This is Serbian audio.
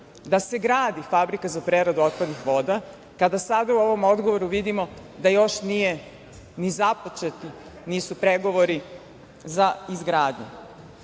da se gradi Fabrika za preradu otpadnih voda, kada sada u ovom odgovoru vidimo da još nisu ni započeti pregovori za izgradnju?